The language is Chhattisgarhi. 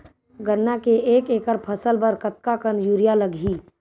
गन्ना के एक एकड़ फसल बर कतका कन यूरिया लगही?